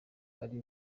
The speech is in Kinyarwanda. ari